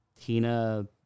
Tina